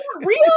real